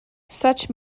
such